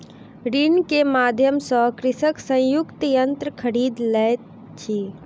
ऋण के माध्यम सॅ कृषक संयुक्तक यन्त्र खरीद लैत अछि